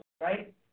right